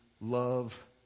love